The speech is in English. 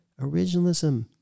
originalism